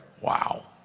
wow